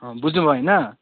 अँ बुझ्नु भयो होइन